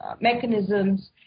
mechanisms